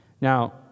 Now